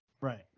Right